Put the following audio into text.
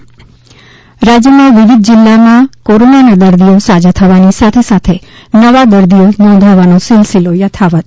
ૈ રાજ્યમાં વિવિધ જીલ્લામાં કોરોનાના દર્દીઓ સાજા થવાની સાથ સાથ નવા દર્દીઓ નોંધાવાનો સિલસિલો યથાવત